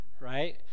right